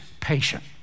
patient